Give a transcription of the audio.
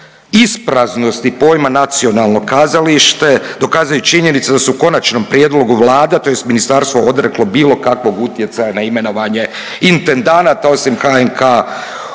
ispraznosti pojma nacionalnog kazalište dokazuje činjenica da se u konačnom prijedlogu Vlada, tj. Ministarstvo odreklo bilo kakvog utjecaja na imenovanje intendanata osim HNK